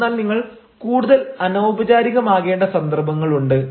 എന്നാൽ നിങ്ങൾ കൂടുതൽ അനൌപചാരികമാകേണ്ട സന്ദർഭങ്ങളുണ്ട്